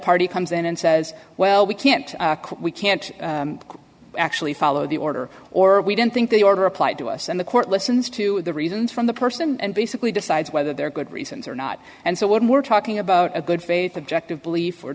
party comes in and says well we can't we can't actually follow the order or we don't think the order applied to us and the court listens to the reasons from the person and basically decides whether they're good reasons or not and so what we're talking about a good faith objective belief or